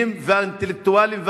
את אלה שרוצים,